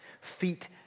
feet